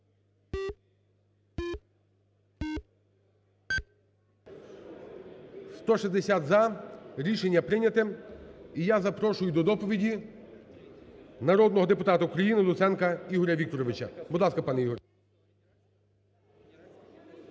За-160 Рішення прийняте. І я запрошую до доповіді народного депутата України Луценка Ігоря Вікторовича. Будь ласка, пан Ігор.